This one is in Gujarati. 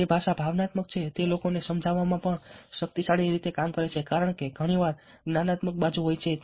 જે ભાષા ભાવનાત્મક છે તે લોકોને સમજાવવામાં પણ શક્તિશાળી રીતે કામ કરે છે કારણ કે ઘણી વાર જ્ઞાનાત્મક બાજુ હોય છે